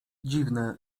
dziwne